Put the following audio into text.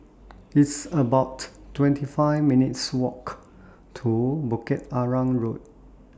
It's about twenty five minutes' Walk to Bukit Arang Road